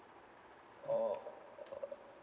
oh